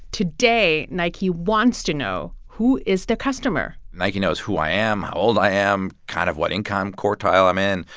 today nike wants to know, who is their customer? nike knows who i am, how old i am, kind of what income quartile i'm in,